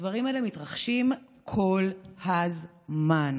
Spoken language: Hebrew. הדברים האלה מתרחשים כל הזמן.